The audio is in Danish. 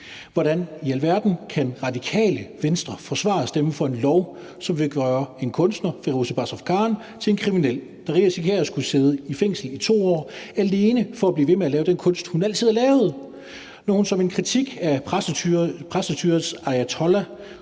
Hvordan i alverden kan Radikale Venstre forsvare at stemme for en lov, som vil gøre en kunstner, Firoozeh Bazrafkan, til en kriminel, der risikerer at skulle sidde i fængsel i 2 år alene for at blive ved med at lave den kunst, hun altid har lavet, når hun som en kritik af præstestyrets ayatollahers